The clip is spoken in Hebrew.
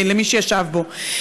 למי שישב בו.